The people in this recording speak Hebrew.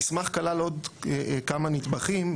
המסמך כלל עוד כמה נדבכים,